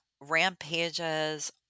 rampages